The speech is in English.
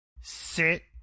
sit